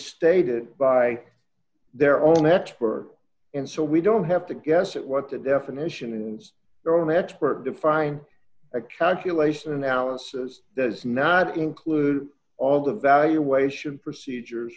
stated by their own expert and so we don't have to guess at what the definition and their own expert define a calculation analysis does not include all the valuation procedures